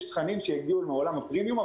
יש תכנים שהגיעו מעולם הפרימיום,